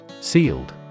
Sealed